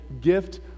gift